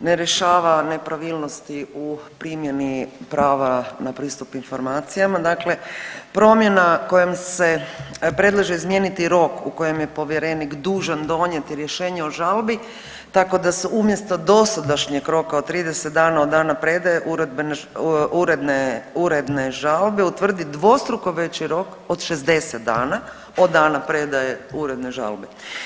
ne rješava nepravilnosti u primjeni prava na pristup informacijama, dakle promjena kojom se predlaže izmijeniti rok u kojem je povjerenik dužan donijeti rješenje o žalbi tako da se umjesto dosadašnjeg roka od 30 dana od dana predaje uredne, uredne, uredne žalbe utvrdi dvostruko veći rok od 60 dana od dana predaje uredne žalbe.